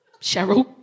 Cheryl